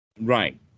right